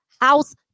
house